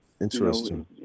Interesting